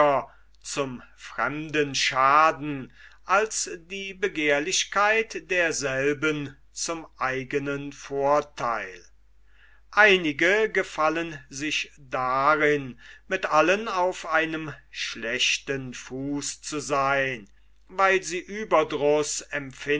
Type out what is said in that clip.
zum fremden schaden als die begehrlichkeit derselben zum eignen vortheil einige gefallen sich darin mit allen auf einem schlechten fuß zu seyn weil sie